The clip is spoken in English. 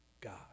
God